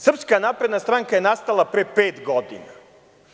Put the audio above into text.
Srpska napredna stranka je nastala pre pet godina.